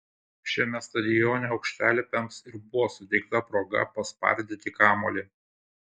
šiame stadione aukštalipiams ir buvo suteikta proga paspardyti kamuolį